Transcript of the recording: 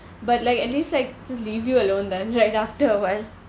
but like at least like just leave you alone then right after awhile